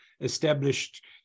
established